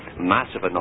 massive